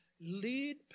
lead